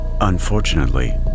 Unfortunately